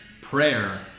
prayer